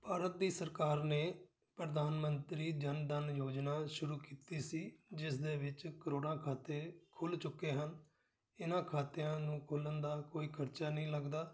ਭਾਰਤ ਦੀ ਸਰਕਾਰ ਨੇ ਪ੍ਰਧਾਨ ਮੰਤਰੀ ਜਨ ਧਨ ਯੋਜਨਾ ਸ਼ੁਰੂ ਕੀਤੀ ਸੀ ਜਿਸ ਦੇ ਵਿੱਚ ਕਰੋੜਾਂ ਖਾਤੇ ਖੁੱਲ ਚੁੱਕੇ ਹਨ ਇਹਨਾਂ ਖਾਤਿਆਂ ਨੂੰ ਖੋਲ੍ਹਣ ਦਾ ਕੋਈ ਖ਼ਰਚਾ ਨਹੀਂ ਲੱਗਦਾ